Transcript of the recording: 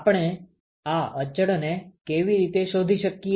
આપણે આ અચળને કઈ રીતે શોધી શકીએ